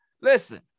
Listen